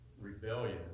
Rebellion